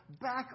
back